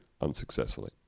unsuccessfully